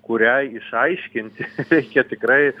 kuriai išaiškinti reikia tikrai